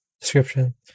description